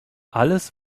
alles